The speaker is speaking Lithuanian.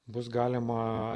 bus galima